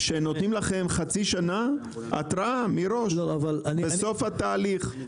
שנותנים לכם חצי שנה התראה מראש בסוף התהליך.